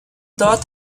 dort